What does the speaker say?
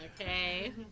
Okay